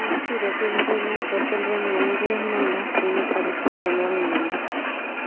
ᱟᱢᱠᱤ ᱨᱚᱵᱤᱱᱫᱨᱚᱱᱟᱛᱷ ᱦᱚᱴᱮᱞ ᱨᱮᱱ ᱢᱮᱱᱮᱡᱟᱨ ᱮᱢ ᱢᱮᱱᱫᱟ ᱤᱧ ᱥᱟᱵᱤᱛᱨᱤ ᱦᱮᱢᱵᱨᱚᱢ ᱤᱧ ᱢᱮᱱᱫᱟ